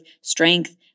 strength